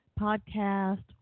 Podcast